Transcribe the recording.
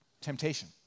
temptation